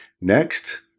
Next